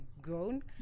grown